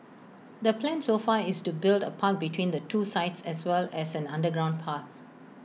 the plan so far is to build A park between the two sites as well as an underground path